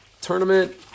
tournament